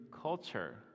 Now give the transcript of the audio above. culture